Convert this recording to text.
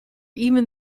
even